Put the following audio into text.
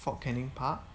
fort canning park